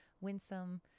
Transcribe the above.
Winsome